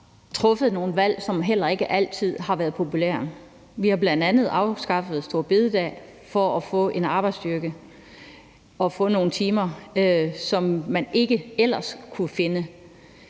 truffet nogle valg, som heller ikke altid har været populære. Vi har bl.a. afskaffet store bededag for at få en arbejdsstyrke og få nogle timer, som man ikke ellers kunne finde.